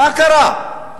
מה קרה?